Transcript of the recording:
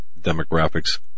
demographics